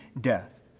death